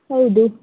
ಹೌದು